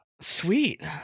Sweet